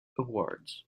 awards